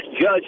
judge